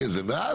לא,